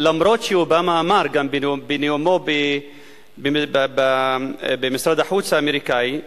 אפילו שאובמה אמר בנאומו במשרד החוץ האמריקני,